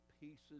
pieces